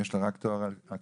יש לך רק תואר אקוויוולנטי.